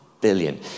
billion